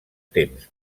temps